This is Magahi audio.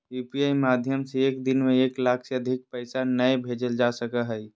यू.पी.आई माध्यम से एक दिन में एक लाख से अधिक पैसा नय भेजल जा सको हय